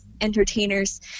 entertainers